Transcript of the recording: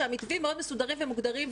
שהמתווים מאוד מסודרים ומוגדרים,